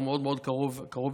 הוא מאוד מאוד קרוב לליבי.